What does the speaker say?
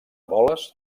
boles